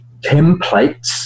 templates